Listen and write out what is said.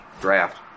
draft